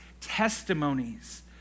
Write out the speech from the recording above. testimonies